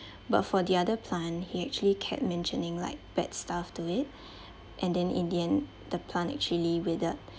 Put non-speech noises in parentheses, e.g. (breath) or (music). but for the other plant he actually kept mentioning like bad stuff to it (breath) and then in the end the plant actually withered